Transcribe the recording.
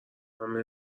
همه